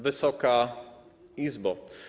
Wysoka Izbo!